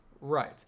right